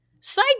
Side